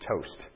toast